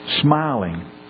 Smiling